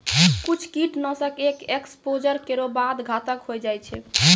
कुछ कीट नाशक एक एक्सपोज़र केरो बाद घातक होय जाय छै